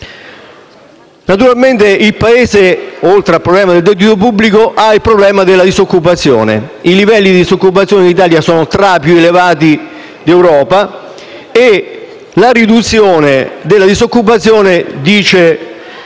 Naturalmente, il Paese, oltre al problema del debito pubblico, ha il problema della disoccupazione. I livelli di disoccupazione in Italia sono tra i più elevati d'Europa e la riduzione della disoccupazione, come